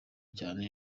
cyane